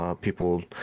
people